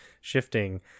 shifting